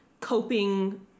coping